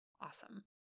Awesome